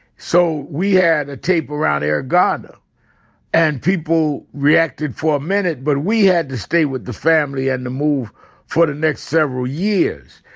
so we had a tape around eric garner and people reacted for a minute, but we had to stay with the family and the move for the next several years.